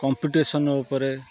competition ଉପରେ